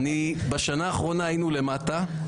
בשנה האחרונה היינו למטה.